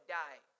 die